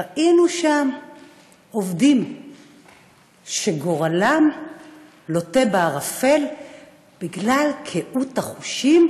ראינו שם עובדים שגורלם לוט בערפל בגלל קהות החושים